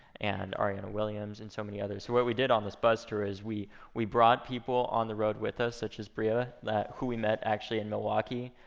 and arieyanna williams, and so many others. so what we did on this bus tour is we we brought people on the road with us, such as bria, who we met actually in milwaukee,